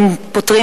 אם פותרים,